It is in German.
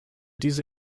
diese